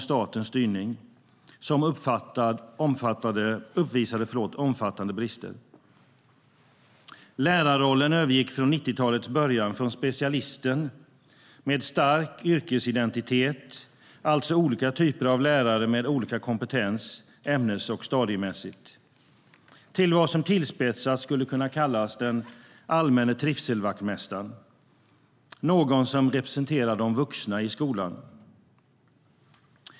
Statens styrning uppvisade omfattande brister. Lärarrollen övergick vid 90-talets början från specialisten med stark yrkesidentitet, alltså olika typer av lärare med olika kompetens, ämnes och stadiemässigt, till vad som tillspetsat kan kallas den allmänne trivselvaktmästaren, någon som representerar de vuxna i skolan.